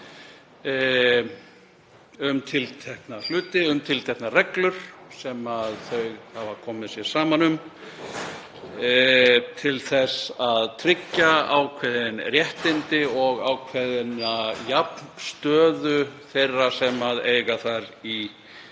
um tiltekna hluti, um tilteknar reglur sem þau hafa komið sér saman um til þess að tryggja ákveðin réttindi og ákveðna jafnstöðu þeirra sem eiga þar í